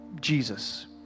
Jesus